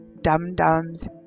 dum-dums